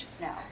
now